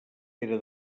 era